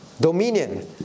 Dominion